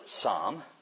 psalm